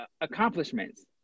accomplishments